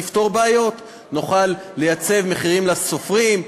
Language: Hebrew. נפתור בעיות: נוכל לייצב מחירים לסופרים,